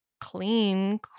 clean